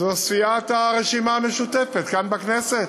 זו סיעת הרשימה המשותפת, כאן, בכנסת.